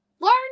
Learn